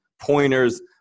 pointers